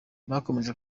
bakomeje